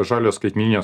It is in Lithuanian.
žaliojo skaitmeninio